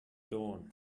dawn